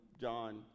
John